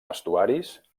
estuaris